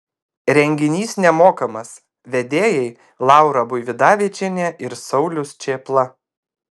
renginys nemokamas vedėjai laura buividavičienė ir saulius čėpla